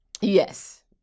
yes